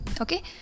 okay